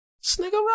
Snigger